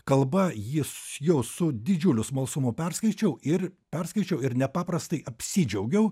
kalba jis jau su didžiuliu smalsumu perskaičiau ir perskaičiau ir nepaprastai apsidžiaugiau